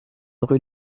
rue